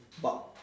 but